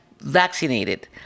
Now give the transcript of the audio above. vaccinated